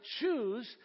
choose